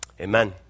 Amen